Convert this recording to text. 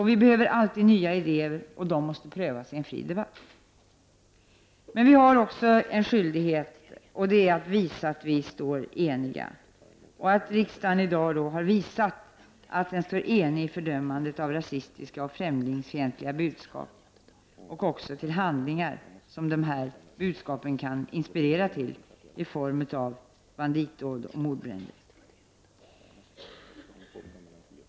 Vi behöver alltid nya idéer, och de måste prövas i en fri debatt. Men vi har också en skyldighet, och det är att visa att vi står eniga. Riksdagen har i dag visat att den står enig i fördömandet av de rasistiska och främlingsfientliga budskap och också av de handlingar som dessa budskap kan inspirera till i form av banditdåd och mordbränder.